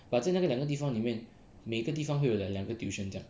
but 在那两个地方里面每个地方会有 like 两个 tuition 这样